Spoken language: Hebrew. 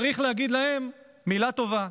צריך להגיד מילה טובה,